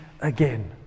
again